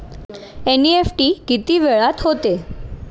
NEFT किती वेळात होते?